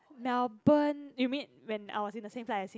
Melbourne you mean when I was in the same flight as him